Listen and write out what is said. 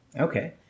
Okay